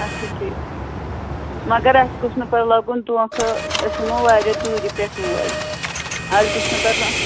اَچھا ٹھیٖک مگر اَسہِ گوٚژھ نہٕ پَتہٕ لَگُن دونٛکھٕ أسۍ یِمو واریاہ دوٗرِ پٮ۪ٹھ اور اَسہِ گوٚژھ نہٕ پَتہٕ لا